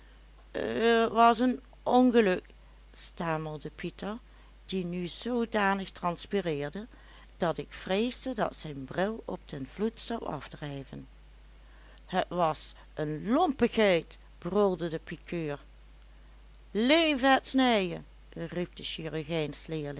was een ongeluk stamelde pieter die nu zoodanig transpireerde dat ik vreesde dat zijn bril op den vloed zou afdrijven het was een lompigheid brulde de pikeur leve het snijen riep de chirurgijnsleerling